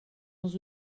els